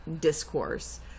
discourse